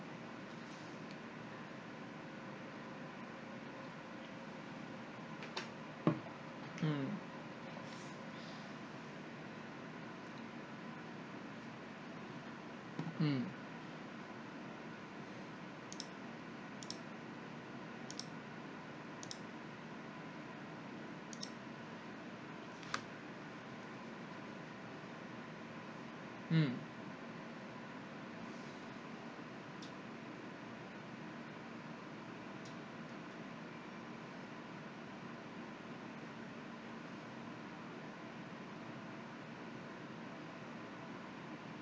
mm mm mm